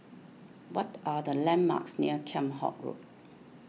what are the landmarks near Kheam Hock Road